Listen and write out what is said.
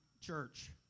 church